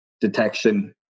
detection